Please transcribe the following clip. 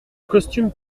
costume